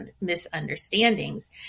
misunderstandings